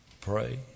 Pray